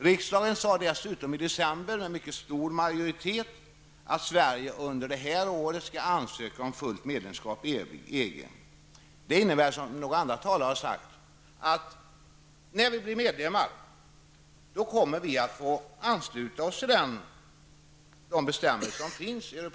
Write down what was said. Riksdagen har dessutom i december med mycket stor majoritet beslutat att Sverige under det här året skall ansöka om fullt medlemskap i EG. Det innebär, som några talare tidigare sagt, att när vi blir medlemmar så kommer vi att få ansluta oss till de bestämmelser som finns inom EG.